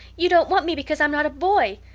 you don't want me because i'm not a boy!